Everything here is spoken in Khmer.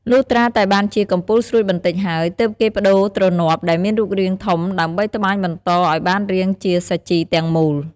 លុះត្រាតែបានជា កំពូលស្រួចបន្តិចហើយ ទើបគេប្តូរទ្រនាប់ដែលមានរូបរាងធំ ដើម្បីត្បាញបន្តឲ្យបានរាងជាសាជីទាំងមូល។